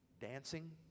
dancing